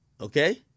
Okay